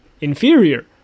Inferior